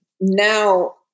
now